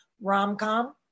rom-com